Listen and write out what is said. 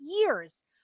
years